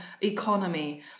economy